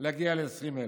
להגיע ל-20,000.